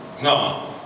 No